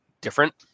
different